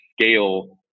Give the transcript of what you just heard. scale